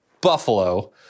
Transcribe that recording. buffalo